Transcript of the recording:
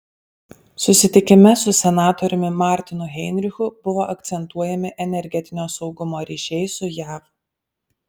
susitikime su senatoriumi martinu heinrichu buvo akcentuojami energetinio saugumo ryšiai su jav